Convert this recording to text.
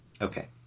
Okay